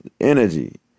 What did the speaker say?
Energy